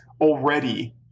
already